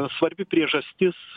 svarbi priežastis